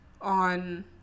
on